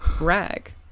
rag